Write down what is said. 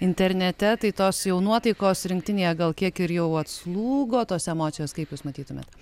internete tai tos jau nuotaikos rinktinėje gal kiek ir jau atslūgo tos emocijos kaip jūs matytumėt